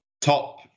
top